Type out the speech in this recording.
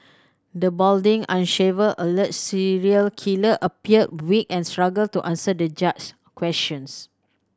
the balding unshaven alleged serial killer appeared weak and struggled to answer the judge questions